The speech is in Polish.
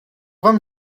wam